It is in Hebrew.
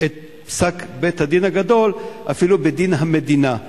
את פסק בית-הדין הגדול אפילו בדין המדינה.